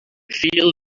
feel